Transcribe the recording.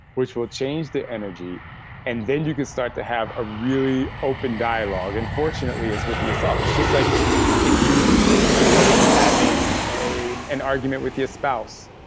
which will change the energy and then you can start to have a really open dialogue. and fortunately, it's with yourself. it's just like if you were to be having a an argument with your spouse.